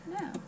No